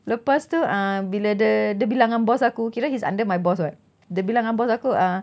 lepas tu uh bila dia dia bilang dengan boss aku kira he's under my boss [what] dia bilang dengan boss aku uh